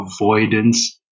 avoidance